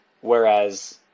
whereas